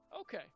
Okay